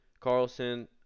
Carlson